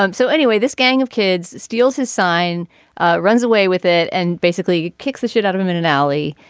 um so anyway this gang of kids steals his sign runs away with it and basically kicks the shit out of him in an alley.